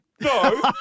No